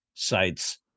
sites